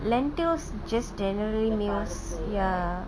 lentils just generally means ya